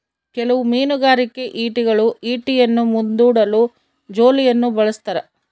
ಕೆಲವು ಮೀನುಗಾರಿಕೆ ಈಟಿಗಳು ಈಟಿಯನ್ನು ಮುಂದೂಡಲು ಜೋಲಿಯನ್ನು ಬಳಸ್ತಾರ